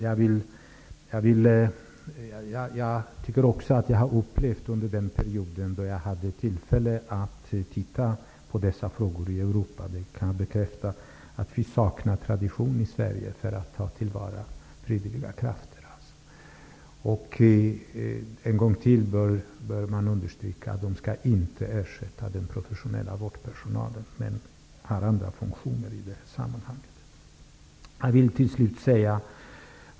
Jag har under en period haft tillfälle att studera dessa frågor i Europa och kan bekräfta att vi saknar tradition i Sverige att ta till vara frivilliga krafter. Det bör än en gång understrykas att de inte skall ersätta den professionella vårdpersonalen. De har andra funktioner i detta sammanhang.